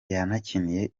yanakiniye